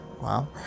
Wow